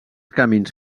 camins